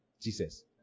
Jesus